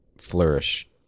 flourish